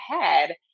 ahead